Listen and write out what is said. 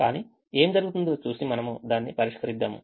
కానీ ఏమి జరుగుతుందో చూసి మనము దాన్ని పరిష్కరిద్దాము